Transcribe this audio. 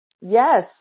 Yes